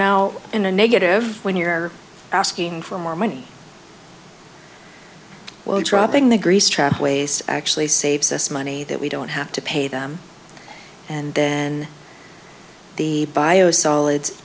now in a negative when you're asking for more money well dropping the grease trap ways actually saves us money that we don't have to pay them and then the biosolids